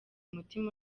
umutima